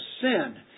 sin